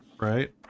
Right